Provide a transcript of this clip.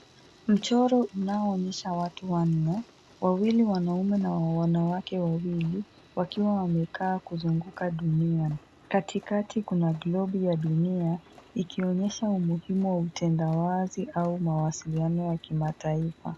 Mchoro unaoonyesha watu wanne, wawili wanaume na wanawake wawili, wakiwa wamekaa kuzunguka dunia. Katikati kuna globu ya dunia ikionyesha umuhimu wa utendawazi au mawasiliano ya kimataifa.